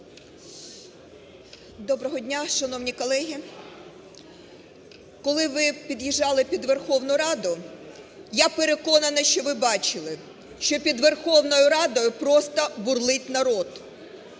Доброго дня, шановні колеги! Коли ви під'їжджали під Верховну Раду, я переконана, що ви бачили, що під Верховною Радою просто бурлить народ.